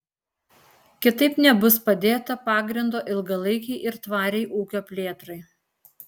kitaip nebus padėta pagrindo ilgalaikei ir tvariai ūkio plėtrai